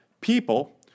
people